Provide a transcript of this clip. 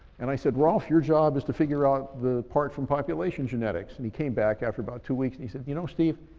and i said, rolf, your job is to figure out the part from population genetics. and he came back, after about two weeks, and he said, you know steve,